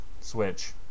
Switch